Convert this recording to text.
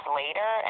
later